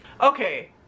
Okay